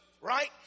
right